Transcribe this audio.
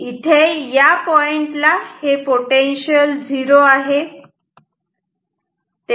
इथे या पॉइंट ला हे पोटेन्शियल झिरो आहे